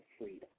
freedom